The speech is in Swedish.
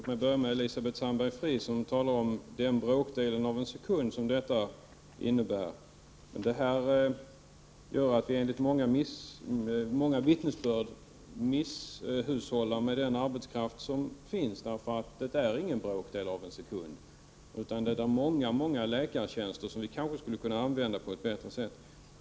Fru talman! Yvonne Sandberg-Fries säger att det tar bråkdelen av en sekund att signera. Enligt många vittnesbörd är detta en misshushållning med arbetskraft, därför att det tar inte bråkdelen av en sekund. Många läkartjänster skulle kunna användas på ett bättre sätt.